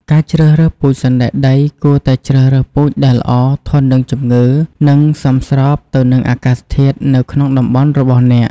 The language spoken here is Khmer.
ការជ្រើសរើសពូជសណ្តែកដី គួរតែជ្រើសរើសពូជដែលល្អ ធន់នឹងជំងឺ និងសមស្របទៅនឹងអាកាសធាតុនៅក្នុងតំបន់របស់អ្នក។